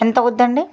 ఎంత అవుద్దండి